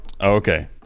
okay